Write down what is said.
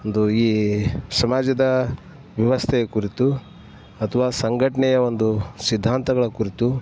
ಒಂದು ಈ ಸಮಾಜದ ವ್ಯವಸ್ಥೆಯ ಕುರಿತು ಅಥವಾ ಸಂಘಟನೆಯ ಒಂದು ಸಿದ್ಧಾಂತಗಳ ಕುರಿತು